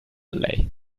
lei